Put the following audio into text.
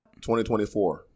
2024